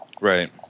Right